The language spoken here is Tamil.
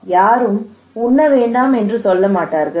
யாரும் உண்ண வேண்டாம் என்று சொல்ல மாட்டார்கள்